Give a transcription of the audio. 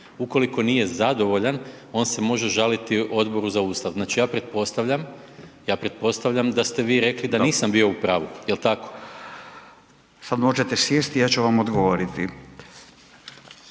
Ukoliko nije zadovoljan on se može žaliti Odboru za Ustav. Znači ja pretpostavljam da ste vi rekli da nisam bio u pravu, jel tako? **Radin, Furio